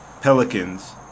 Pelicans